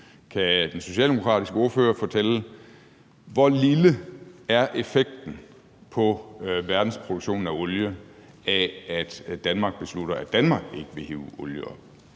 Kan den socialdemokratiske ordfører fortælle, hvor lille effekten på verdensproduktionen af olie er af, at Danmark beslutter, at Danmark ikke vil hive olie op?